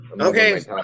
Okay